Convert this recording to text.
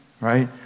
right